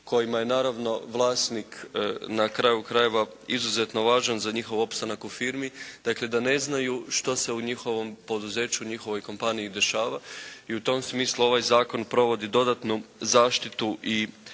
kojima je naravno vlasnik na kraju krajeva izuzetno važan za njihov opstanak u firmi, dakle da ne znaju što se u njihovom poduzeću, njihovoj kompaniji dešava. I u tom smislu ovaj zakon provodi dodatnu zaštitu i